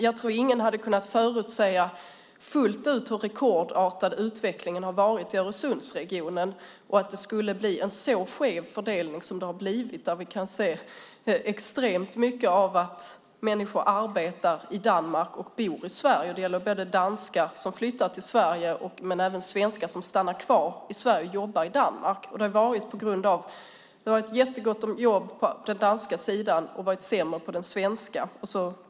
Jag tror inte att någon hade kunna förutse fullt ut hur rekordartad utvecklingen har varit i Öresundsregionen och att det skulle bli en så skev fördelning som det har blivit. Nu kan vi se extremt mycket av att människor arbetar i Danmark och bor i Sverige. Det gäller både danskar som flyttar till Sverige och svenskar som stannar kvar i Sverige och jobbar i Danmark. Detta har skett på grund av att det har varit jättegott om jobb på den danska sidan och sämre på den svenska.